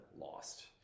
lost